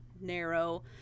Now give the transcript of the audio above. narrow